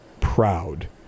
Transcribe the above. proud